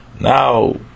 Now